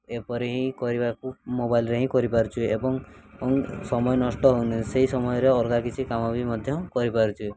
ଏପରି ହିଁ କରିବାକୁ ମୋବାଇଲ୍ରେ ହିଁ କରିପାରୁଛୁ ଏବଂ ଏବଂ ସମୟ ନଷ୍ଟ ହେଉନି ସେହି ସମୟରେ ଅଲଗା କିଛି କାମ ବି ମଧ୍ୟ କରିପାରୁଛୁ